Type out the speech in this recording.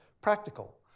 practical